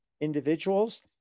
individuals